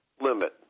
limit